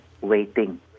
waiting